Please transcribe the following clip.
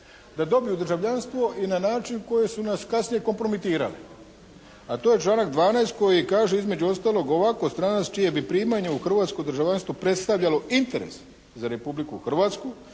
da dobiju državljanstvo i na način koji su nas kasnije kompromitirali. A to je članak 12. koji kaže između ostalog ovako. "Stranac čije bi primanje u hrvatsko državljanstvo predstavljalo interes za Republiku Hrvatsku